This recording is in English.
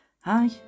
Hi